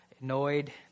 annoyed